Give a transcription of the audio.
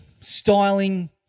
styling